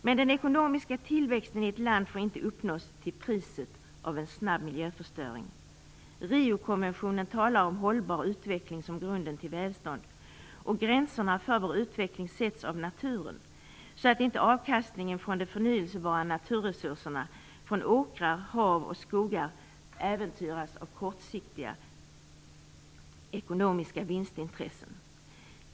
Men den ekonomiska tillväxten i ett land får inte uppnås till priset av en snabb miljöförstöring. Riokonventionen talar om hållbar utveckling som grunden till välstånd. Gränserna för vår utveckling sätts av naturen, så att inte avkastningen från de förnyelsebara naturresurserna, från åkrar, hav och skogar, äventyras av kortsiktiga ekonomiska vinstintressen.